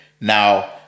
Now